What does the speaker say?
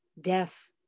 death